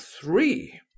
three